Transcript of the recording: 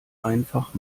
einfach